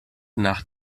nach